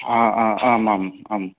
आ आ आम् आम् आम्